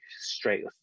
straight